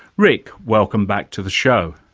rick, welcome back to the show.